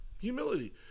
humility